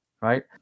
right